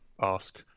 ask